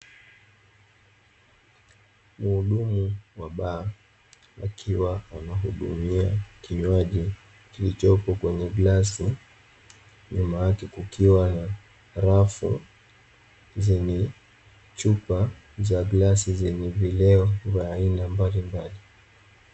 muhudumu wa baa akiwa anahudumia kinywaji kilichopo kwenye glasi nyuma yakle kukiwa na rafu zeneye chupa za glasi zenye vileo vya aina mbalimbali.